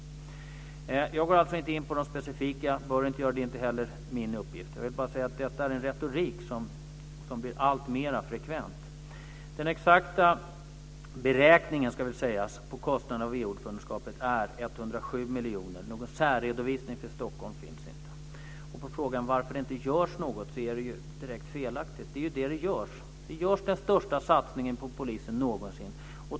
Jag går alltså inte in på de specifika fallen. Jag bör inte göra det, och det är inte heller min uppgift. Jag vill bara säga att detta är en retorik som blir alltmera frekvent. ordförandeskapet är 107 miljoner. Någon särredovisning för Stockholm finns inte. Påståendet att det inte görs något är direkt felaktigt. Man gör den största satsningen på polisen någonsin.